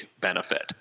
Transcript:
benefit